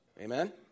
Amen